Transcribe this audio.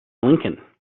lincoln